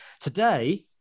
today